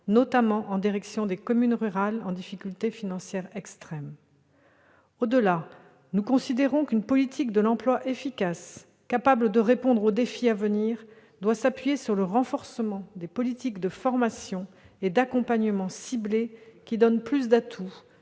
notamment en direction des communes rurales en difficulté financière extrême. Au-delà, nous considérons qu'une politique de l'emploi efficace, capable de répondre aux défis à venir, doit s'appuyer sur le renforcement des politiques de formation et d'accompagnement ciblé qui donnent plus d'atouts,